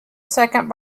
second